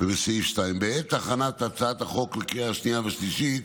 ויש את סעיף 2. בעת הכנת הצעת החוק לקריאה השנייה והשלישית